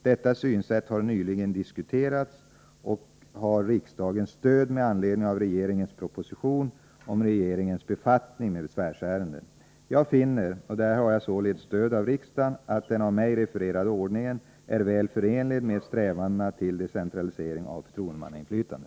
Detta synsätt har nyligen diskuterats och stötts av riksdagen med anledning av regeringens proposition om regeringens befattning med besvärsärenden. Jag finner, och där har jag således stöd av riksdagen, att den av mig refererade ordningen är väl förenlig med strävandena till decentralisering och förtroendemannainflytande.